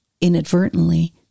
inadvertently